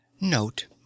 Note